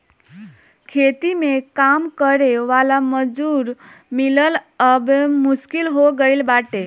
खेती में काम करे वाला मजूर मिलल अब मुश्किल हो गईल बाटे